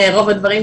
ובכל זאת,